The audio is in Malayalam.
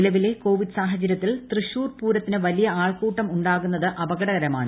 നിലവിലെ കോവിഡ് സാഹചരൃത്തിൽ തൃശൂർ പൂരത്തിന് വലിയ ആൾക്കൂട്ടം ഉണ്ടാകുന്നത് അപകടകരമാണ്